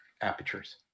apertures